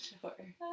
sure